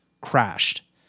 crashed